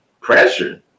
pressure